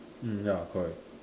hmm ya correct